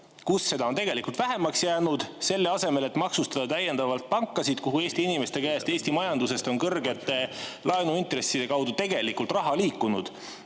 kus seda on tegelikult vähemaks jäänud, selle asemel et maksustada täiendavalt pankasid, kuhu Eesti inimeste käest, Eesti majandusest on kõrgete laenuintresside tõttu raha liikunud?